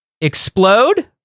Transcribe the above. explode